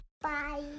Bye